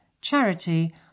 charity